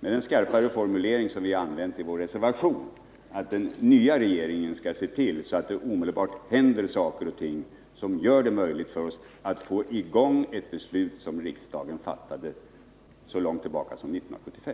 med den skarpare formulering som vi har använt i vår reservation, att den nya regeringen skall se till att det omedelbart händer saker och ting som gör det möjligt för oss att få ett förverkligande av det beslut som riksdagen fattade så långt tillbaka som 1975.